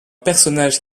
personnage